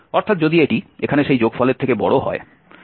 অর্থাৎ যদি এটি এখানে সেই যোগফলের চেয়ে থেকে বড় হয়